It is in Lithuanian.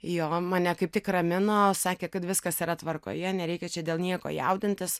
jo mane kaip tik ramino sakė kad viskas yra tvarkoje nereikia čia dėl nieko jaudintis